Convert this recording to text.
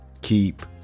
keep